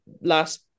last